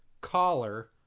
collar